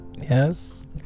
Yes